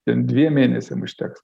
ten dviem mėnesiam užteks